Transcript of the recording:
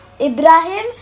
Ibrahim